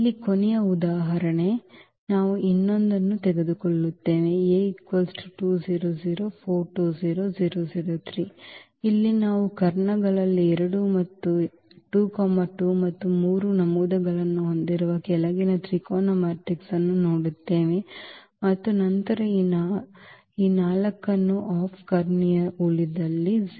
ಇಲ್ಲಿ ಕೊನೆಯ ಉದಾಹರಣೆ ನಾವು ಇನ್ನೊಂದನ್ನು ತೆಗೆದುಕೊಳ್ಳುತ್ತೇವೆ ಇಲ್ಲಿ ನಾವು ಕರ್ಣಗಳಲ್ಲಿ 2 2 ಮತ್ತು 3 ನಮೂದುಗಳನ್ನು ಹೊಂದಿರುವ ಕೆಳಗಿನ ತ್ರಿಕೋನ ಮ್ಯಾಟ್ರಿಕ್ಸ್ ಅನ್ನು ನೋಡುತ್ತೇವೆ ಮತ್ತು ನಂತರ ನಾವು ಈ 4 ಅನ್ನು ಆಫ್ ಕರ್ಣೀಯ ಉಳಿದಲ್ಲಿ 0